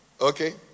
Okay